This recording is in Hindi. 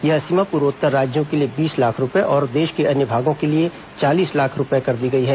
यह सीमा पूर्वोत्तर राज्यों के लिए बीस लाख रुपये और देश के अन्य भागों के लिए चालीस लाख रुपये कर दी गई है